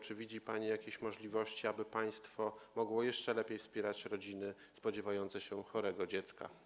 Czy widzi pani jakieś możliwości, aby państwo mogło jeszcze lepiej wspierać rodziny spodziewające się chorego dziecka?